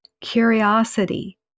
curiosity